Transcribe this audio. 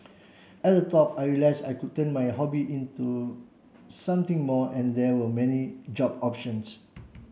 at the talk I realised I could turn my hobby into something more and there were many job options